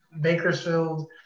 Bakersfield